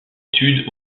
études